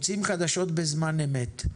רוצים חדשות בזמן אמת.